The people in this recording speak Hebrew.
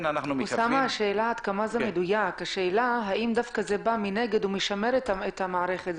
השאלה האם זה דווקא בא מנגד ומשמר את המערכת.